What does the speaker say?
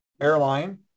airline